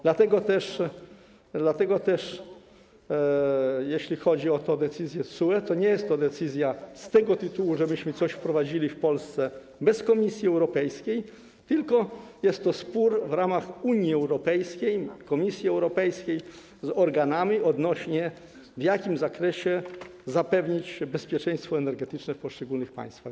Dlatego też, jeśli chodzi o tę decyzję TSUE, to nie jest to decyzja z tego tytułu, że my coś wprowadziliśmy w Polsce bez Komisji Europejskiej, tylko jest to spór w ramach Unii Europejskiej, Komisji Europejskiej z organami odnośnie do tego, w jakim zakresie zapewnić bezpieczeństwo energetyczne w poszczególnych państwach.